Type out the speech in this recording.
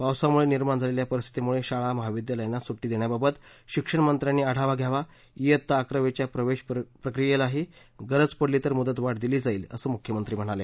पावसामुळे निर्माण झालेल्या परिस्थितीमुळे शाळा महाविद्यालयांना सुटी देण्याबाबत शिक्षणमंत्र्यांनी आढावा घ्यावा इयत्ता अकरावीच्या प्रवेश प्रक्रियेलाही गरज पडली तर मुदतवाढ दिली जाईल असं मुख्यमंत्री म्हणाले